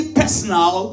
personal